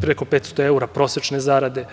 preko 500 evra prosečne zarade.